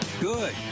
Good